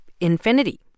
infinity